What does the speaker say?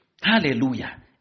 Hallelujah